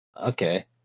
Okay